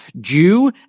Jew